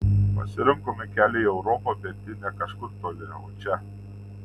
pasirinkome kelią į europą bet ji ne kažkur toli o čia